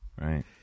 Right